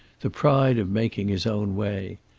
the pride of making his own way.